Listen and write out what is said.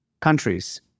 Countries